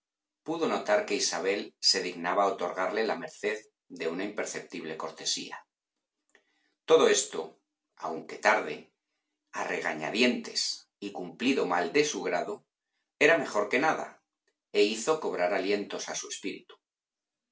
pudo notar que isabel se dignaba otorgarle la merced de una imperceptible cortesía todo esto aunque tarde a regañadientes y cumplido mal de su grado era mejor que nada e hizo cobrar alientos a su espíritu